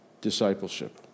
discipleship